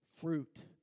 fruit